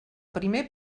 primer